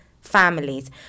families